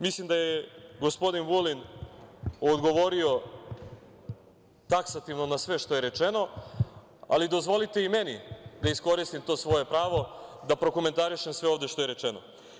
Mislim da je gospodin Vulin odgovorio taksativno na sve što je rečeno, ali dozvolite i meni da iskoristim to svoje pravo da prokomentarišem sve ovde što je rečeno.